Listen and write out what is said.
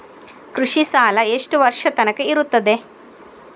ಕೃಷಿ ಸಾಲ ಎಷ್ಟು ವರ್ಷ ತನಕ ಇರುತ್ತದೆ?